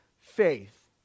faith